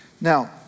Now